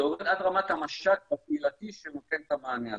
זה יורד עד המש"ק הקהילתי שנותן את המענה הזה.